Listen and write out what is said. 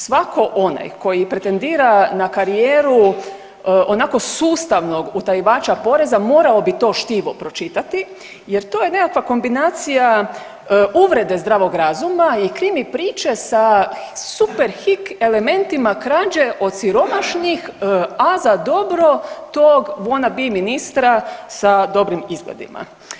Svatko onaj koji pretendira na karijeru onako sustavnog utajivača poreza morao bi to štivo pročitati, jer to je nekakva kombinacija uvrede zdravog razuma i krimi priče sa Superhik elementima krađe od siromašnih a za dobro tog wanna be ministra sa dobrim izgledima.